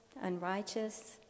unrighteous